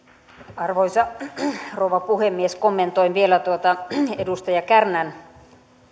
arvoisa rouva puhemies kommentoin vielä tuota edustaja kärnän